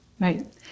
Right